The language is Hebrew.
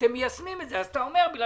קריית שמונה תישאר בלי